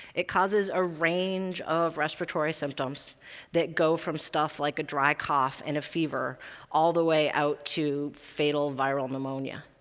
it causes a range of respiratory symptoms that go from stuff like a dry cough and a fever all the way out to fatal viral pneumonia.